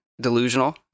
delusional